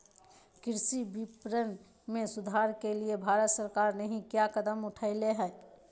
कृषि विपणन में सुधार के लिए भारत सरकार नहीं क्या कदम उठैले हैय?